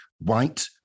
white